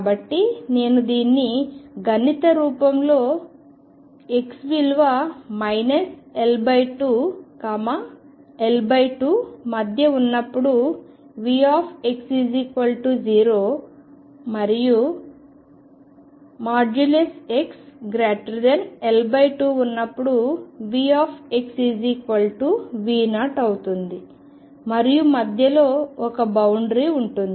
కాబట్టి నేను దీన్ని గణిత రూపంలో x విలువ L2 L2 మధ్య ఉన్నప్పుడు Vx0 మరియు xL2 ఉన్నప్పుడు Vx V0 అవుతుంది మరియు మధ్యలో ఒక బౌవుండరీ ఉంటుంది